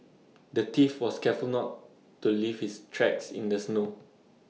the thief was careful not to leave his tracks in the snow